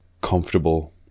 comfortable